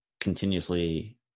continuously